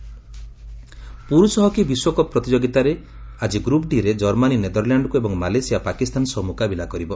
hockey ପୁରୁଷ hockey ବିଶ୍ୱକପ୍ ପ୍ରତିଯୋଗିତାରେ ଆଜି ଗ୍ରୁପ୍ ଡି'ରେ ଜର୍ମାନୀ ନେଦରଲାଣ୍ଡକୁ ଏବଂ ମାଲେସିଆ ପାକିସ୍ତାନ ସହ ମୁକାବିଲା କରିବ